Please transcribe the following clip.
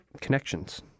Connections